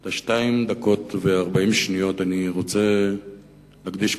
את שתי הדקות ו-40 השניות אני רוצה להקדיש,